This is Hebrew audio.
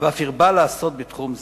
ואף הרבה לעשות בתחום זה.